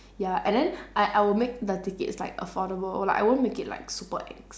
ya and then I I will make the tickets like affordable like I won't make it like super ex